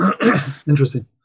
interesting